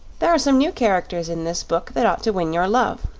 there are some new characters in this book that ought to win your love.